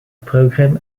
program